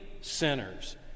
sinners